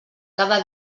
cada